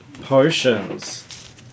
potions